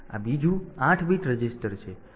તેથી આ બીજું 8 બીટ રજીસ્ટર છે